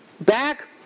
back